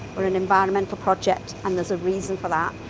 we're an environmental project and there's a reason for that.